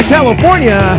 California